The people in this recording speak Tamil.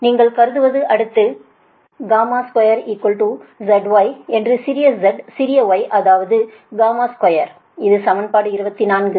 நீங்கள் கருதுவது அடுத்த 2 zy என்று சிறிய z சிறியy அது 2 இது சமன்பாடு 24